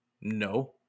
No